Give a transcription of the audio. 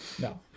No